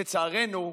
לצערנו,